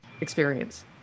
experience